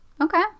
Okay